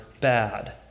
bad